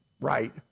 right